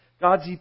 God's